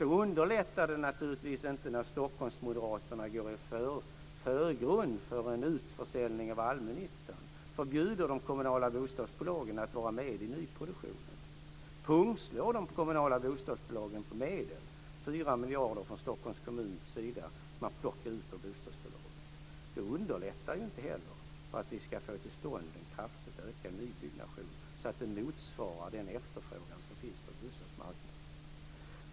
Sedan underlättar det naturligtvis inte när Stockholmsmoderaterna går i förgrunden för en utförsäljning av allmännyttan, förbjuder de kommunala bostadsbolagen att vara med i nyproduktionen och pungslår de kommunala bostadsbolagen på medel, det är 4 miljarder kronor från Stockholms kommuns sida som man plockar ut från bostadsbolaget. Det underlättar ju inte heller för att vi ska få till stånd en kraftigt ökad nybyggnation som motsvarar den efterfrågan som finns på bostadsmarknaden.